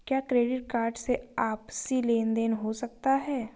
क्या credit card से आपसी लेनदेन हो सकता है?